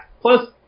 Plus